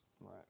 right